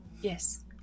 yes